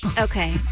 Okay